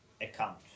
account